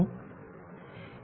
t